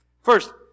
First